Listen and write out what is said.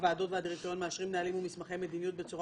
הוועדות והדירקטוריון מאשרים נהלים ומסמכי מדיניות בצורה